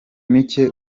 mike